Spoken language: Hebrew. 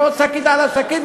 ועוד שקית על השקית,